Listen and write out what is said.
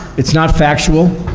it's not factual,